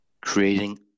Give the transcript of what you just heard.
creating